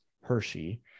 Hershey